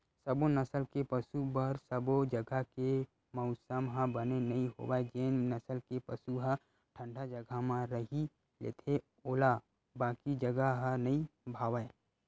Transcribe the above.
सबो नसल के पसु बर सबो जघा के मउसम ह बने नइ होवय जेन नसल के पसु ह ठंडा जघा म रही लेथे ओला बाकी जघा ह नइ भावय